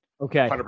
Okay